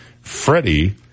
Freddie